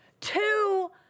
Two